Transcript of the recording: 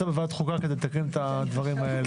בוועדת החוקה כדי לתקן את הדברים האלה.